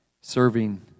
serving